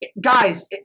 Guys